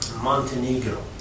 Montenegro